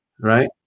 Right